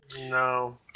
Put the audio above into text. No